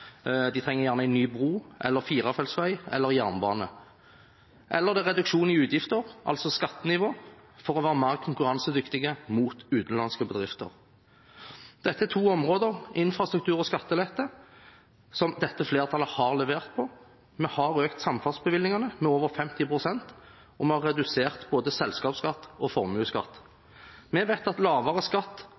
en trenger en ny bro, firefeltsvei eller jernbane – eller det er reduksjon i utgifter, altså skattenivå, for å være mer konkurransedyktige mot utenlandske bedrifter. Dette er to områder, infrastruktur og skattelette, som dette flertallet har levert på. Vi har økt samferdselsbevilgningene med over 50 pst., og vi har redusert både selskapsskatt og formuesskatt. Vi vet at lavere skatt